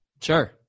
Sure